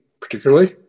particularly